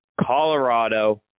Colorado